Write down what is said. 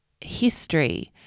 history